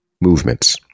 movements